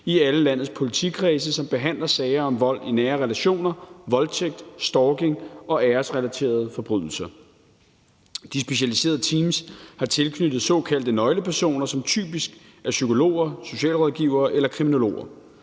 i alle landets politikredse, som behandler sager om vold i nære relationer, voldtægt, stalking og æresrelaterede forbrydelser. De specialiserede teams er tilknyttet såkaldte nøglepersoner, som typisk er psykologer, socialrådgivere eller kriminologer.